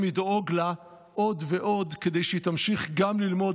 לדאוג לה עוד ועוד כדי שהיא תמשיך גם ללמוד,